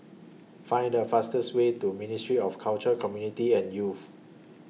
Find The fastest Way to Ministry of Culture Community and Youth